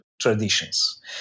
traditions